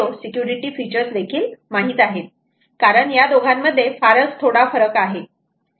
0 security features देखील माहित आहे कारण या दोघांमध्ये फारच थोडा फरक आहे